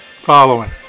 following